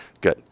Good